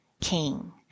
king